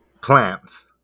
Plants